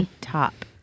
top